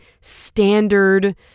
standard